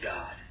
God